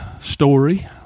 story